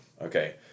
okay